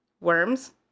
Worms